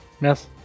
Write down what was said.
Yes